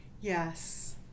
Yes